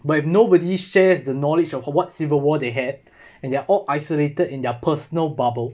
but if nobody shares the knowledge of what civil war they had and they're all isolated in their personal bubble